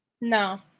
no